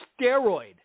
steroid